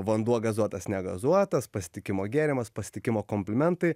vanduo gazuotas negazuotas pasitikimo gėrimas pasitikimo komplimentai